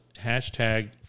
hashtag